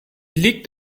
liegt